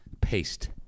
paste